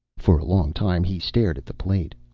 for a long time he stared at the plate.